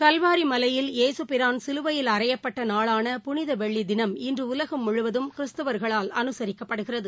கல்வாரி மலையில் ஏசுபிரான் சிலுவையில் அறையப்பட்ட நாளான புனித வெள்ளி தினம் இன்று உலகம் முழுவதும் கிறிஸ்துவர்களால் அனுசரிக்கப்படுகிறது